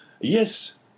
Yes